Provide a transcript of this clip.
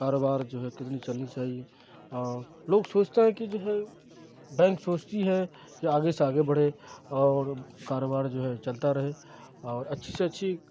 کاروبار جو ہے کتنی چلنی چاہیے اور لوگ سوچتا ہے کہ جو ہے بینک سوچتی ہے کہ آگے سے آگے بڑھے اور کاروبار جو ہے چلتا رہے اور اچھی سے اچھی